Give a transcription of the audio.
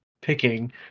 picking